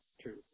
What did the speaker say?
true